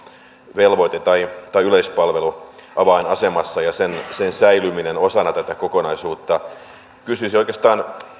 velvoite tai tai yleispalvelu ja sen sen säilyminen osana tätä kokonaisuutta ovat avainasemassa kysyisin oikeastaan